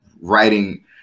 writing